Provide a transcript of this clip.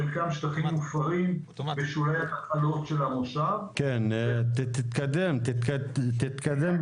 חלקם שטחים --- בשולי הנחלות של המושב -- תתקדם בקצב